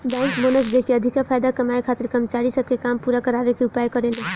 bank bonus देके अधिका फायदा कमाए खातिर कर्मचारी सब से काम पूरा करावे के उपाय करेले